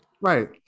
Right